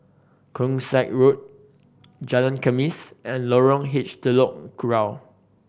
Keong Saik Road Jalan Khamis and Lorong H Telok Kurau